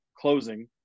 closing